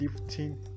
lifting